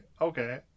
Okay